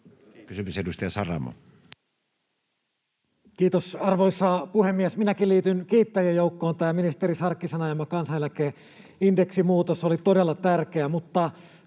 vas) Time: 16:58 Content: Kiitos, arvoisa puhemies! Minäkin liityn kiittäjien joukkoon: tämä ministeri Sarkkisen ajama kansaneläkkeen indeksimuutos oli todella tärkeä.